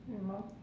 you lost